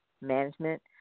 management